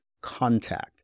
contact